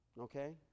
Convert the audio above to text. okay